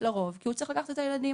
לרוב כי הוא צריך לקחת את הילדים,